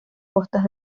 costas